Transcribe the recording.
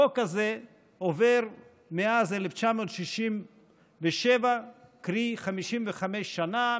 החוק הזה עובר מאז 1967, קרי 55 שנה.